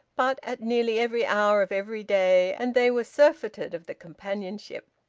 but at nearly every hour of every day, and they were surfeited of the companionship.